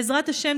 בעזרת השם,